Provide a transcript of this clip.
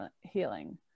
healing